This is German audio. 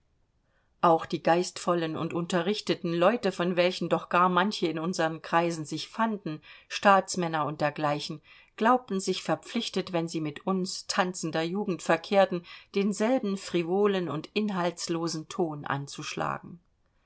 auch die geistvollen und unterrichteten leute von welchen doch gar manche in unseren kreisen sich fanden staatsmänner und dergleichen glaubten sich verpflichtet wenn sie mit uns tanzender jugend verkehrten denselben frivolen und inhaltslosen ton anzuschlagen